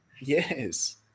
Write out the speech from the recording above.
Yes